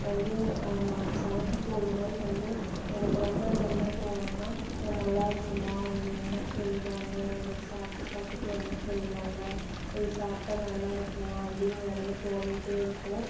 வந்து நான் சமைத்து போடும்போது வந்து எனக்கு ரொம்ப என்ன தோணும்னா நல்லா இருக்குமா இது என்ன சொல்வாங்க இதை சாப்பிட்டு பார்த்துட்டு என்ன சொல்வாங்க இது சாப்பிட்டா நல்லா இருக்குமா அப்படின்னு நிறைய தோணிட்டே இருக்கும்